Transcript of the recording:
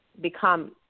become